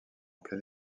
plein